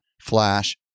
flash